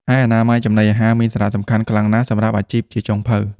ឯអនាម័យចំណីអាហារមានសារៈសំខាន់ខ្លាំងណាស់សម្រាប់អាជីពជាចុងភៅ។